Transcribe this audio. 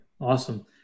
Awesome